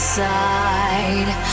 side